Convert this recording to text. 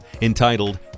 entitled